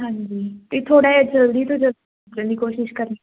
ਹਾਂਜੀ ਅਤੇ ਥੋੜ੍ਹਾ ਜਿਹਾ ਜਲਦੀ ਤੋਂ ਜਲਦੀ ਭੇਜਣ ਦੀ ਕੋਸ਼ਿਸ਼ ਕਰਨੀ